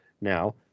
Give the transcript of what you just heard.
now